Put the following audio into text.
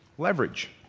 leverage.